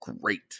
great